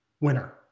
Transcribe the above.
winner